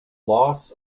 loss